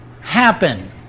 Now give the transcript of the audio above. happen